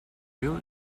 real